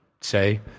say